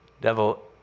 devil